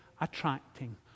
attracting